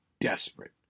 desperate